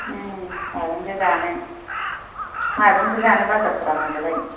उम माजोंथो जानो माजोंथो जानो बाजार खालामाबालाय